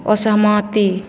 असहमति